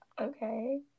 Okay